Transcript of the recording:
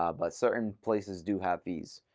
ah but certain places do have fees.